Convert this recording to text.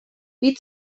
wie